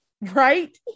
right